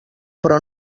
però